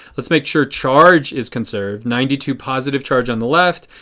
let's make sure charge is conserved. ninety two positive charge on the left.